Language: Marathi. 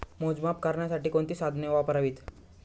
मोजमाप करण्यासाठी कोणती साधने वापरावीत?